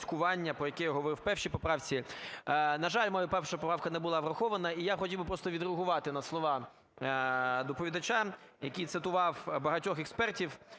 Дякую.